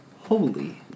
holy